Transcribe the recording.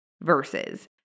verses